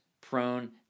prone